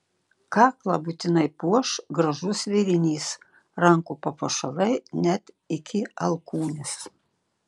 kaklą būtinai puoš gražus vėrinys rankų papuošalai net iki alkūnės